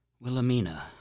Wilhelmina